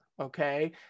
okay